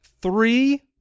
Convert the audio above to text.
three